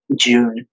June